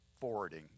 forwarding